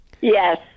Yes